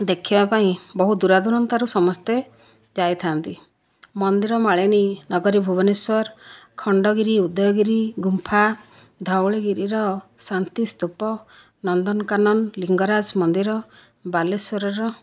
ଦେଖିବା ପାଇଁ ବହୁ ଦୂରଦୂରାନ୍ତରୁ ସମସ୍ତେ ଯାଇଥାନ୍ତି ମନ୍ଦିର ମାଳିନୀ ନଗରୀ ଭୁବନେଶ୍ଵର ଖଣ୍ଡଗିରି ଉଦୟଗିରି ଗୁମ୍ଫା ଧଉଳିଗିରିର ଶାନ୍ତି ସ୍ତୂପ ନନ୍ଦନକାନନ ଲିଙ୍ଗରାଜ ମନ୍ଦିର ବାଲେଶ୍ଵରର